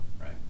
right